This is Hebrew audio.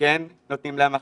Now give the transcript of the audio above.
כן נותנים הכנה,